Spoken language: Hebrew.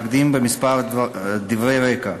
אקדים בכמה דברי רקע.